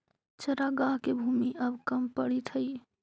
चरागाह के भूमि अब कम पड़ीत हइ